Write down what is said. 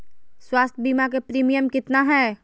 स्वास्थ बीमा के प्रिमियम कितना है?